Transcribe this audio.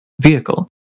vehicle